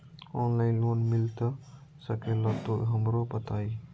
Online loan मिलता सके ला तो हमरो बताई?